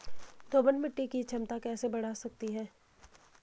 दोमट मिट्टी की क्षमता कैसे बड़ा सकते हैं?